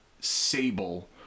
Sable